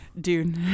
Dude